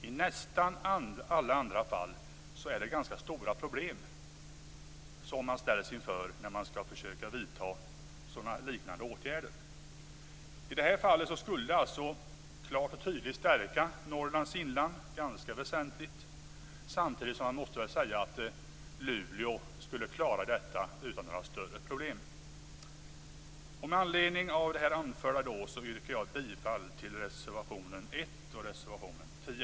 I nästan alla andra fall ställs man inför ganska stora problem när man skall försöka vidta liknande åtgärder. I detta fall skulle det hela klart och tydligt stärka Norrlands inland ganska väsentligt. Samtidigt måste man säga att Luleå skulle klara detta utan några större problem. Med anledning av det här anförda yrkar jag bifall till reservationerna 1 och 10.